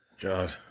God